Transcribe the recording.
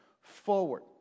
forward